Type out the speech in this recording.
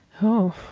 oh,